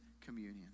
communion